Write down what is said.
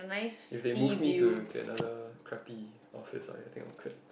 if they move me to to another crappy office I I think I will quit